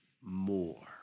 more